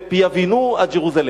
Bienvenue à Jerusalem.